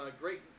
great